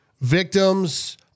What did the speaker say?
Victims